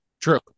True